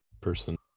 person